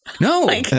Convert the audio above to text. No